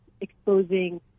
exposing